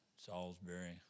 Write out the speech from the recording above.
Salisbury